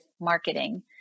marketing